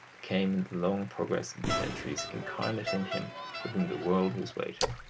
became in the long progress of the centuries incarnate in him for whom the world was waiting.